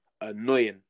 annoying